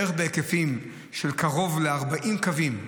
בהיקפים של קרוב ל-40 קווים,